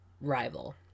rival